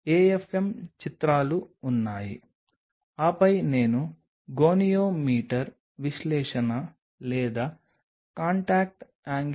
ఇది నీటి స్థావరంపై ఉన్నట్లయితే సమస్య ఏమిటంటే ఉపరితలంపై ఉంచిన తర్వాత నీటి లక్షణాలు కణాలతో పాటు మాధ్యమం అనుభవించే లక్షణాలకు సమానంగా ఉంటాయి